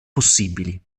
possibili